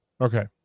Okay